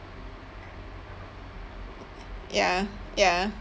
ya ya